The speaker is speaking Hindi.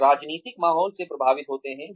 वे राजनीतिक माहौल से प्रभावित हैं